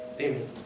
Amen